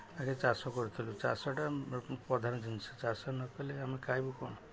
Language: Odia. ଆଗେ ଚାଷ କରୁଥିଲୁ ଚାଷଟା ପ୍ରଧାନ ଜିନିଷ ଚାଷ ନକଲେ ଆମେ ଖାଇବୁ କ'ଣ